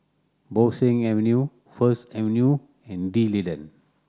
Bo Seng Avenue First Avenue and D'Leedon